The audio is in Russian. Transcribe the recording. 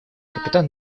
капитан